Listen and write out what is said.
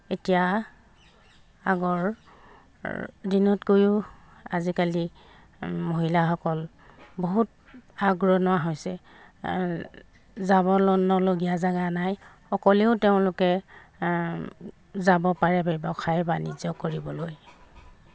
এতিয়া আগৰ দিনতকৈয়ো আজিকালি মহিলাসকল বহুত আগ্ৰণুৱা হৈছে যাবলৈ নলগীয়া জেগা নাই অকলেও তেওঁলোকে যাব পাৰে ব্যৱসায় বাণিজ্য কৰিবলৈ